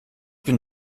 bin